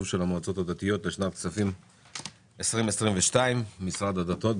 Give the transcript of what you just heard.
של המועצות הדתיות לשנת הכספים 2022. משרד הדתות,